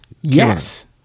yes